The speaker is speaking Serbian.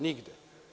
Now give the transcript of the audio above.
Nigde.